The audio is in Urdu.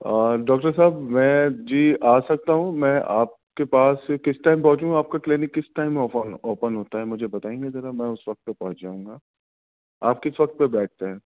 ڈاکٹر صاحب میں جی آ سکتا ہوں میں آپ کے پاس کس ٹائم پہنچوں آپ کا کلینک کس ٹائم اوپن اوپن ہوتا ہے مجھے بتائیں گے ذرا میں اُس وقت پہ پہنچ جاؤں گا آپ کس وقت پہ بیٹھتے ہیں